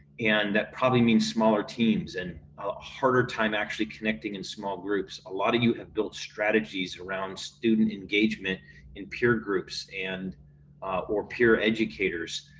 and that probably means smaller teams and harder time actually connecting in small groups. a lot of you have built strategies around student engagement in peer groups and or peer educators,